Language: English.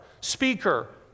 speaker